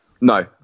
No